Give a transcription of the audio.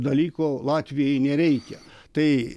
dalyko latvijai nereikia tai